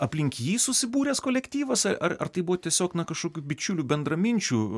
aplink jį susibūręs kolektyvas ar ar tai buvo tiesiog na kažkokių bičiulių bendraminčių